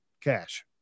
cash